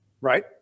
right